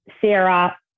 Sarah